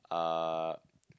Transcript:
uh